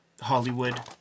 Hollywood